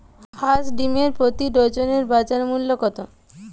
হাঁস ডিমের প্রতি ডজনে বাজার মূল্য কত?